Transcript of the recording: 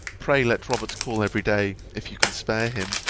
pray let robert call every day, if you can spare him,